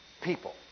people